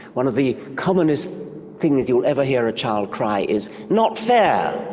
one of the commonest thing that you'll ever hear a child cry is not fair,